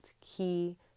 key